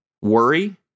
worry